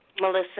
Melissa